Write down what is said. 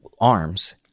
arms